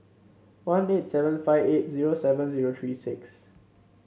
one eight seven five eight zero seven zero three six